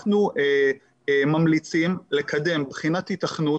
אנחנו ממליצים לקדם בחינת היתכנות